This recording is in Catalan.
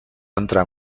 entrar